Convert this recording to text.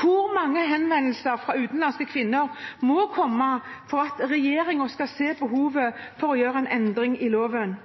Hvor mange henvendelser fra utenlandske kvinner må komme for at regjeringen skal se behovet for å gjøre en endring i loven?